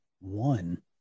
one